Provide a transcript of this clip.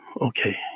Okay